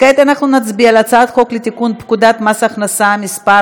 כעת אנחנו נצביע על הצעת חוק לתיקון פקודת מס הכנסה (מס'